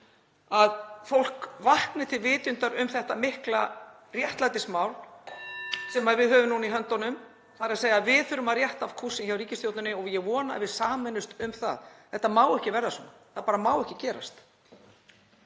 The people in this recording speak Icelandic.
að fólk vakni til vitundar um þetta mikla réttlætismál sem við höfum núna í höndunum, þ.e. að við þurfum að rétta af kúrsinn hjá ríkisstjórninni og ég vona að við sameinumst um það. Þetta má ekki verða svona. Það bara má ekki gerast.